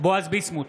בועז ביסמוט,